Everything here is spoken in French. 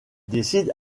décide